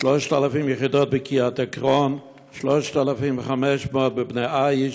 3,000 יחידות בקריית עקרון, 3,500 בבני עיש,